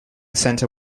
center